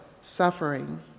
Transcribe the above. suffering